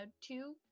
two